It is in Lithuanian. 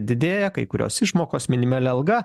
didėja kai kurios išmokos minimali alga